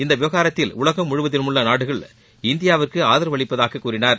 இந்த விவகாரத்தில் உலகம் முழுவதிலும் உள்ள நாடுகள் இந்தியாவிற்கு ஆதரவளிப்பதாகக் கூறினார்